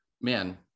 Man